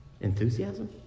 enthusiasm